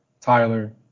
Tyler